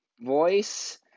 voice